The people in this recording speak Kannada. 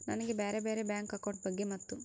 ನನಗೆ ಬ್ಯಾರೆ ಬ್ಯಾರೆ ಬ್ಯಾಂಕ್ ಅಕೌಂಟ್ ಬಗ್ಗೆ ಮತ್ತು?